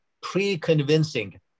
pre-convincing